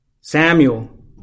Samuel